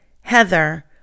heather